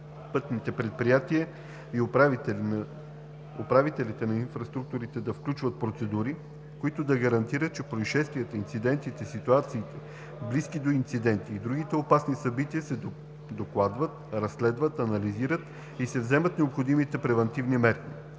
железопътните предприятия и управителите на инфраструктури да включват процедури, които да гарантират, че произшествията, инцидентите, ситуациите, близки до инциденти, и другите опасни събития се докладват, разследват, анализират и се вземат необходимите превантивни мерки.